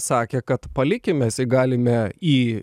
sakė kad palikim mes jį galime į